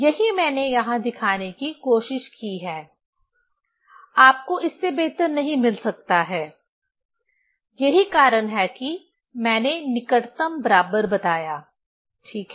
यही मैंने यहां दिखाने की कोशिश की है आप को इस से बेहतर नहीं मिल सकता है यही कारण है कि मैंने निकटतम बराबर बताया ठीक है